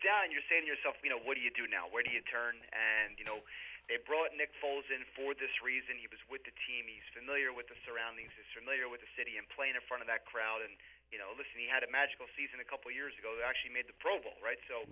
down and you say to yourself you know what do you do now where do you turn and you know they brought nick foles in for this reason he was with the team he's familiar with the surroundings from later with the city in playing a front of that crowd and you know listen he had a magical season a couple years ago that actually made the pro bowl right so